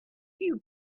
few